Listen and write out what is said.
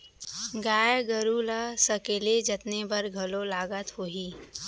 गाय गरू ल सकेले जतने बर घलौ लागत होही?